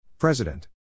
President